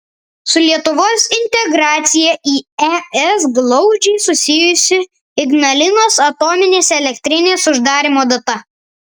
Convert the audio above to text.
su lietuvos integracija į es glaudžiai susijusi ignalinos atominės elektrinės uždarymo data